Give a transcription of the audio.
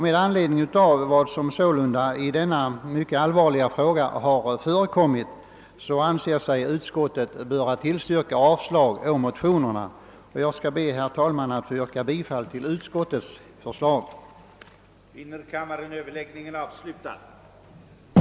Med anledning av vad som sålunda i denna mycket allvarliga fråga har förekommit anser sig utskottet böra hemställa om avslag på motionerna, och jag skall be att få yrka bifall till utskottets förslag.